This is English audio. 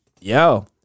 yo